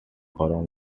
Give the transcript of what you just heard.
from